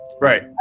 right